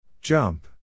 Jump